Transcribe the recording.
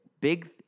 Big